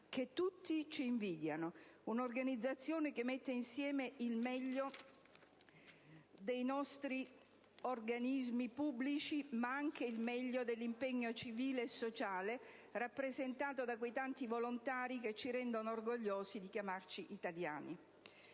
che tutti ci invidiano: un'organizzazione che mette insieme il meglio dei nostri organismi pubblici ma anche il meglio dell'impegno civile e sociale, rappresentato da quei tanti volontari che ci rendono orgogliosi di chiamarci italiani.